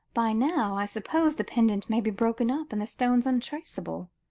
by now, i suppose, the pendant may be broken up, and the stones untraceable.